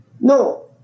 No